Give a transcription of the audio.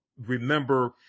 remember